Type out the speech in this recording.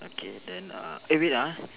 okay then err eh wait ah